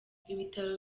ibitaro